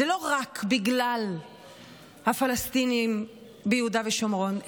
זה לא רק בגלל הפלסטינים ביהודה ושומרון,